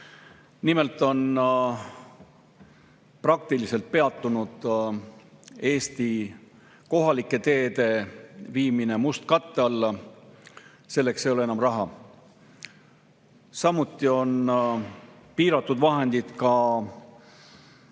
Nimelt on praktiliselt peatunud Eesti kohalike teede viimine mustkatte alla. Selleks ei ole enam raha. Samuti on piiratud vahendid teede